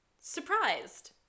surprised